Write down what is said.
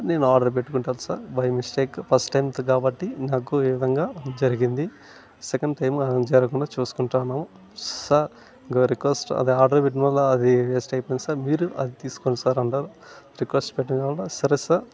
నేను ఆర్డర్ పెట్టుకుంటాను sir by mistake first time కాబట్టి నాకు ఈవిధంగా జరిగింది సెకండ్ టైము జరకుండా చూసుకుంటాను సార్ ఇంకో రిక్వస్ట్ అది ఆర్దర్ పెట్టడం వళ్ళ అది వేస్ట్ అయిపోయింది సర్ మీరు అది తీసుకోండి సర్ రిక్వస్ట్ పెట్టడం వళ్ళ సరే